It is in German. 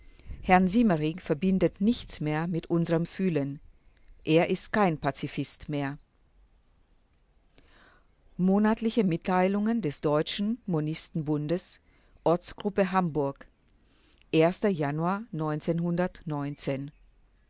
herrn siemering verbindet nichts mehr mit unserm fühlen er ist kein pazifist mehr monatliche mitteilungen des deutschen monistenbundes ortsgruppe hamburg januar